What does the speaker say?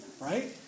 right